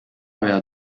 aveva